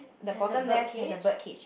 has a bird cage